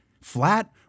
flat